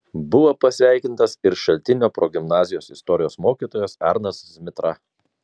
buvo pasveikintas ir šaltinio progimnazijos istorijos mokytojas arnas zmitra